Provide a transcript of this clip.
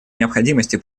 необходимости